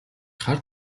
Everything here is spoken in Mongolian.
хар